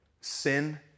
sin